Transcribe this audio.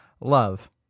Love